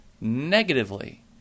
negatively